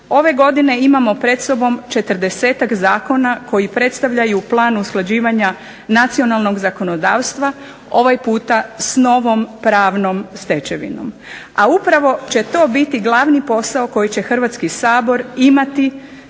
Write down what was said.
ove godine imamo pred sobom 40-ak zakona koji predstavljaju plan usklađivanja nacionalnog zakonodavstva, ovaj puta s novom pravnom stečevinom. A upravo će to biti glavni posao koji će Hrvatski sabor imati